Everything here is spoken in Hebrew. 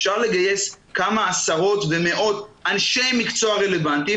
אפשר לגייס כמה עשרות או מאות אנשי מקצוע רלוונטיים.